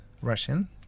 russian